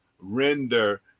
render